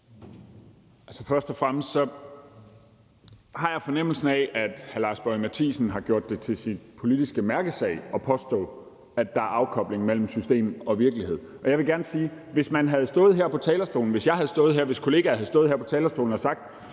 Først og fremmest har jeg fornemmelsen af, at hr. Lars Boje Mathiesen har gjort det til sin politiske mærkesag at påstå, at der er afkobling mellem system og virkelighed. Jeg vil gerne sige, at hvis man havde stået her på talerstolen, hvis jeg havde stået her på talerstolen, hvis kollegaer havde stået her på talerstolen og sagt,